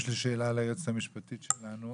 יש לי שאלה ליועצת המשפטית שלנו.